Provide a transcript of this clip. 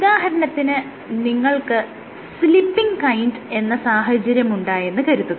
ഉദാഹരണത്തിന് നിങ്ങൾക്ക് slipping kind എന്ന സാഹചര്യമുണ്ടായെന്ന് കരുതുക